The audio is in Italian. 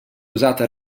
usata